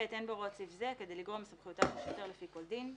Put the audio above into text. (ב)אין בהוראות סעיף זה לגרוע מסמכויותיו של שוטר על פי כל דין.